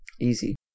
easy